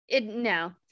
No